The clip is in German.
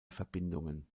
verbindungen